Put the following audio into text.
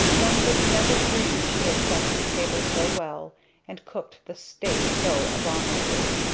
one would never dream she had set the table so well and cooked the steak so abominably.